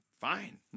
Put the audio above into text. fine